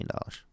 dollars